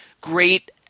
great –